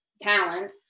talent